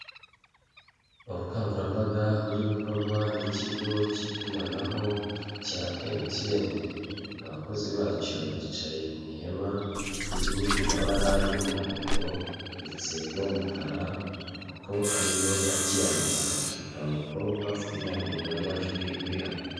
Ubukangurambaga buri gukorwa n'ikigo cy'itumanaho cya MTN, abakozi bacyo bicaye mu ihema riri mu mabara y'umuhondo ndetse n'umukara kuko ariyo akiranga, hari umukobwa ufite indangururamajwi uri hagati...